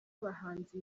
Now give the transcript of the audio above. abahanzi